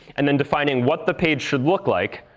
and then defining what the page should look like,